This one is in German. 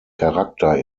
charakter